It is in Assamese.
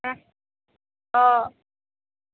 অঁ